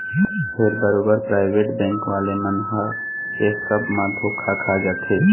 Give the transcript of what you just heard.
फेर बरोबर private bank वाले मन ह ऐ सब म धोखा खा जाथे